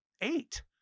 Eight